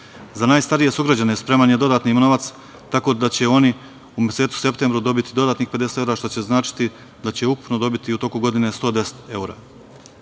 Za najstarije sugrađane spreman je dodatni novac, tako da će oni u mesecu septembru dobiti dodatnih 50 evra, što će značiti da će ukupno dobiti u toku godine 110